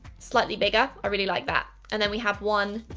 slightly bigger, i really like that. and then we have one.